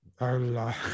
Allah